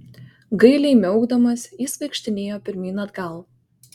gailiai miaukdamas jis vaikštinėjo pirmyn atgal